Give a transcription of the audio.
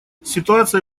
ситуация